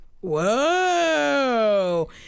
Whoa